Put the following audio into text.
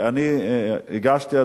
אני הגשתי,